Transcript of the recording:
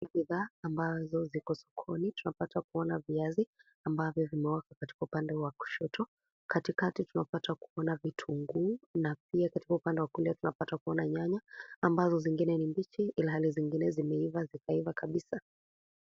Ni bidhaa ambazo ziko sokoni ,tunapata kuona viazi ambavyo vimeekwa katika upande kushoto, katikati tunapata kuona vitunguu na pia katika upande wa kulia tunapata kuona nyanya ambazo zingine ni mbichi ilhali zingine zimeiva zikaiva kabisa.